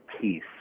peace